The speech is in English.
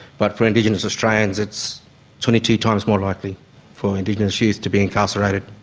but for indigenous australians it's twenty two times more likely for indigenous youth to be incarcerated.